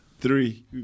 three